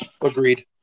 Agreed